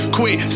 Quit